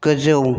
गोजौ